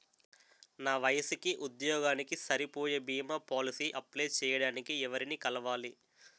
నా వయసుకి, ఉద్యోగానికి సరిపోయే భీమా పోలసీ అప్లయ్ చేయటానికి ఎవరిని కలవాలి?